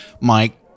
Mike